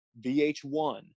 VH1